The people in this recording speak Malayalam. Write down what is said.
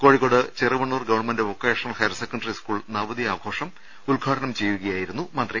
Kozhikode Cheruvannur gov vocational higher secondary school നവതി ആഘോഷം ഉദ്ഘാടനം ചെയ്യുകയായിരുന്നു മന്ത്രി